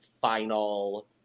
final